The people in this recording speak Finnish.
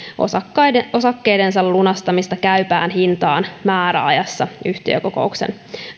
osakkeidensa lunastamista käypään hintaan määräajassa yhtiökokouksen